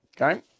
okay